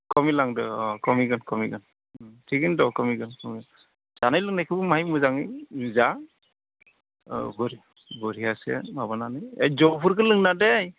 खमिलांदों अ खमिगोन खमिगोन थिगैनो दं खमिगोन खमिगोन जानाय लोंनायखौबो बाहाय मोजाङै जा औ बरहियासे माबानानै ओ जौफोरखौ लोंनाङा दै